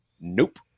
Nope